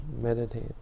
meditate